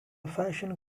fashion